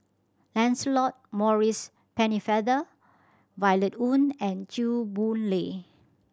Lancelot Maurice Pennefather Violet Oon and Chew Boon Lay